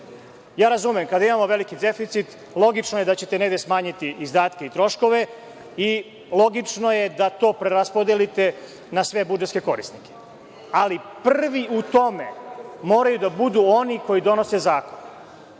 razumem, kada imamo veliki deficit, logično je da ćete negde smanjiti izdatke i troškove i logično je da to preraspodelite na sve budžetske korisnike. Ali, prvi u tome moraju da budu oni koji donose zakon.